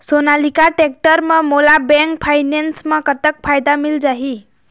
Sonalika tractor म मोला bank finance म कतक फायदा मिल जाही?